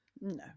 no